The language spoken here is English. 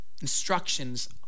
instructions